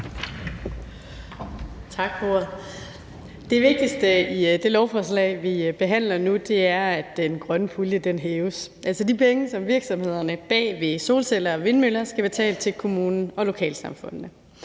Det vigtigste i det lovforslag, vi behandler nu, er, at den grønne pulje hæves, altså de penge, som virksomhederne bag solceller og vindmøller skal betale til kommunerne og lokalsamfundene.